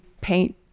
paint